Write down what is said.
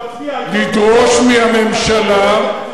אבל אתה מעיר לראש הממשלה ומצביע אתו בכל החלטה,